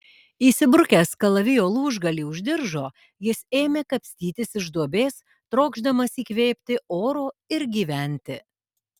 įsibrukęs kalavijo lūžgalį už diržo jis ėmė kapstytis iš duobės trokšdamas įkvėpti oro ir gyventi